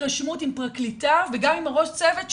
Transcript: פגישת התרשמות עם פרקליטה ועם הראש צוות שלה.